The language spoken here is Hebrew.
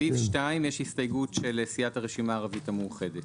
סעיף 2 יש הסתייגות של סיעת הערבית המאוחדת.